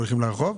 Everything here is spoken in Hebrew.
הולכים לרחוב?